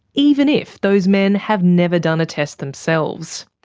even if those men have never done a test themselves.